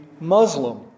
Muslim